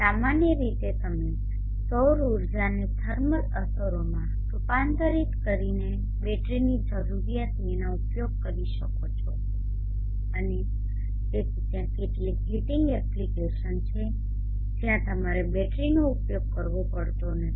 સામાન્ય રીતે તમે સૌરઊર્જાને થર્મલ અસરોમાં રૂપાંતરિત કરીને બેટરીની જરૂરિયાત વિના ઉપયોગ કરી શકો છો અને તેથી ત્યાં કેટલીક હીટિંગ એપ્લીકેશન છે જ્યાં તમારે બેટરીનો ઉપયોગ કરવો પડતો નથી